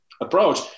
approach